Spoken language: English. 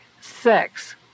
sex